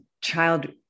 child